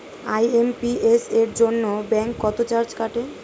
IMPS এর জন্য bank কত চার্জ কাটে?